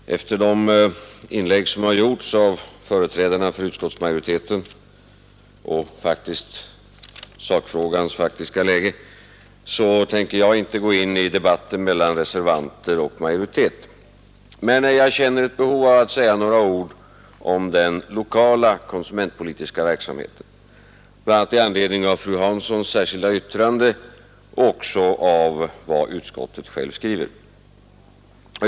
Herr talman! Efter de inlägg som har gjorts av företrädarna för utskottsmajoriteten och med hänsyn till sakfrågans faktiska läge tänker jag inte gå in i debatten mellan reservanter och utskottsmajoritet. Men jag känner ett behov av att säga några ord om den lokala konsumentpolitiska verksamheten, bl.a. i anledning av fru Hanssons särskilda yttrande och av vad utskottet skriver.